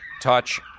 touch